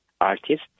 artist